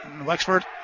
Wexford